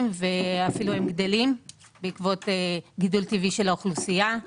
ואפילו הם גדלים בעקבות גידול טבעי של האוכלוסייה.